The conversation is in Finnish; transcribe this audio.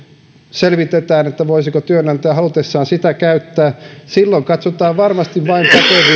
selvitetään voisiko työnantaja halutessaan sitä käyttää silloin katsotaan varmasti vain pätevyyttä